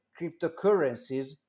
cryptocurrencies